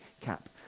CAP